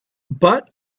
but